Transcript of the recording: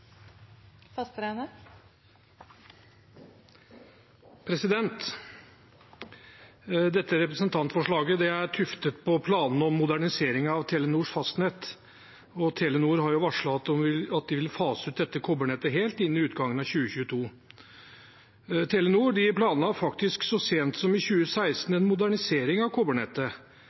tuftet på planene om modernisering av Telenors fastnett. Telenor har varslet at de vil fase ut dette kobbernettet helt innen utgangen av 2022. Telenor planla faktisk så sent som i 2016 en modernisering av